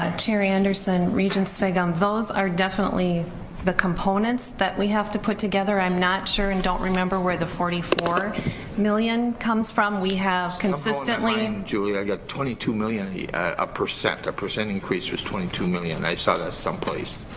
um chair anderson, regent sviggum, those are definitely the components that we have to put together, i'm not sure, and don't remember where the forty four million comes from, we have consistently. julie i got twenty two million, a ah percent percent increases twenty two million, i saw that someplace.